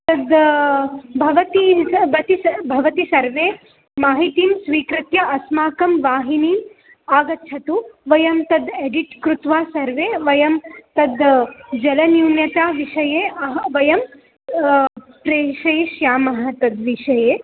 तद् भवती भवति भवति सर्वे माहितिं स्वीकृत्य अस्माकं वाहिनीम् आगच्छतु वयं तद् एडिट् कृत्वा सर्वे वयं तद् जलन्यूनताविषये वयं प्रेषयिष्यामः तद्विषये